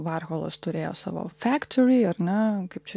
varholas turėjo savo factory ar ne kaip čia